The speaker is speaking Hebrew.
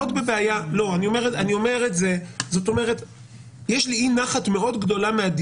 אני חושב שהאיזון הנכון שהיה דווקא בשלבים